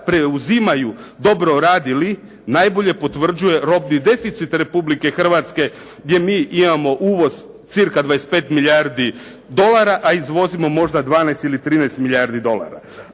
preuzimaju dobro radili najbolje potvrđuje robni deficit Republike Hrvatske gdje mi imamo uvoz cca 25 milijardi dolara, a izvozimo možda 12 ili 13 milijardi dolara.